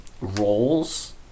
roles